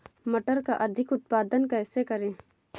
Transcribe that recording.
मटर का अधिक उत्पादन कैसे करें?